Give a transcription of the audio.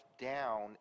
down